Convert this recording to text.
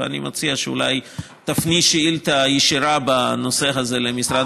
ואני מציע שאולי תפני שאילתה ישירה בנושא הזה למשרד